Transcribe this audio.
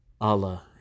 Allah